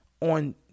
on